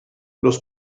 los